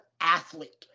athlete